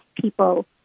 people